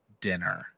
dinner